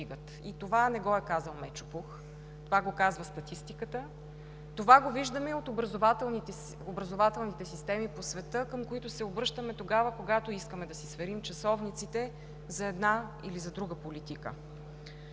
И това не го е казал Мечо Пух – това го казва статистиката. Това го виждаме и от образователните системи по света, към които се обръщаме тогава, когато искаме да си сверим часовниците, за една или за друга политика.